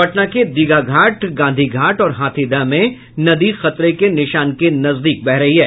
पटना के दीघा घाट गांधी घाट और हाथीदह में नदी खतरे के निशान के नजदीक बह रही है